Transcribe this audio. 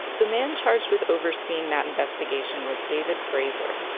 the man charged with overseeing that investigation was david fraser.